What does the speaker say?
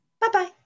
Bye-bye